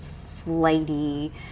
flighty